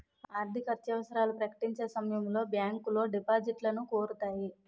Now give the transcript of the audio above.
ఆర్థికత్యవసరాలు ప్రకటించే సమయంలో బ్యాంకులో డిపాజిట్లను కోరుతాయి